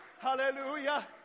Hallelujah